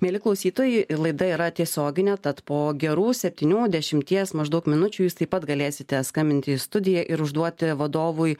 mieli klausytojai laida yra tiesioginė tad po gerų septynių dešimties maždaug minučių jūs taip pat galėsite skambinti į studiją ir užduoti vadovui